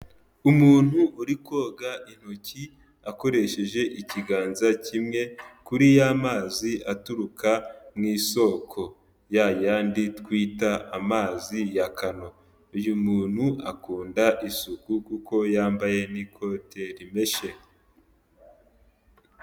Umuntu uri koga intoki akoresheje ikiganza kimwe, kuri ya mazi aturuka mu isoko, ya yandi twita amazi ya kano. Uyu muntu akunda isuku kuko yambaye n'ikote rimeshe.